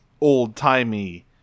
old-timey